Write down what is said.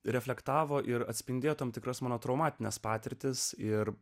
reflektavo ir atspindėjo tam tikras monochromatines patirtis ir